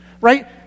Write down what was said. Right